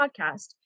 podcast